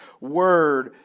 Word